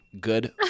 Good